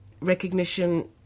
recognition